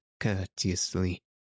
courteously